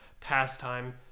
pastime